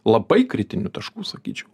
labai kritinių taškų sakyčiau